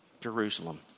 Jerusalem